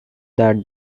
that